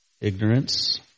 ignorance